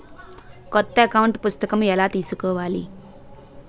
కొత్త అకౌంట్ పుస్తకము ఎలా తీసుకోవాలి?